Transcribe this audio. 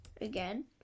again